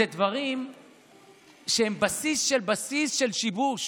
אלה דברים שהם בסיס של בסיס של שיבוש,